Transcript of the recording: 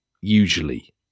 usually